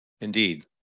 Indeed